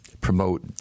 promote